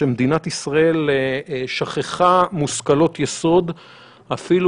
שמדינת ישראל שכחה מושכלות יסוד אפילו,